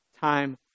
time